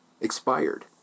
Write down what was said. expired